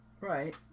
right